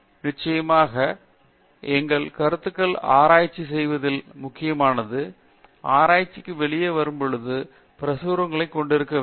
மேலும் நிச்சயமாக எங்கள் கருத்துக்கள் ஆராய்ச்சி செய்வதில் முக்கியமானது ஆராய்ச்சிக்கு வெளியே வரும்பொழுது பிரசுரங்களைக் கொண்டிருக்க வேண்டும்